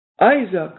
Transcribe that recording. Isaac